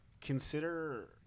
Consider